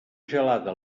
gelada